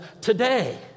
today